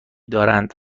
دارند